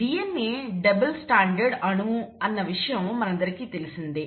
DNA double standard అణువు అన్న విషయం మనందరికీ తెలిసినదే